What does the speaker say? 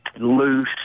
loose